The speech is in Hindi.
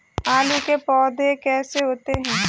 आलू के पौधे कैसे होते हैं?